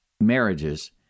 marriages